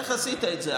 איך עשית את זה?